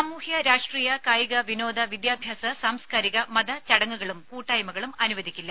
സാമൂഹ്യ രാഷ്ട്രീയ കായിക വിനോദ വിദ്യാഭ്യാസ സാംസ്കാരിക മത ചടങ്ങുകളും കൂട്ടായ്മകളും അനുവദിക്കില്ല